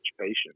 Patience